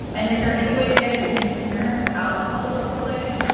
and is there anyway to get it transparent without a color overlay?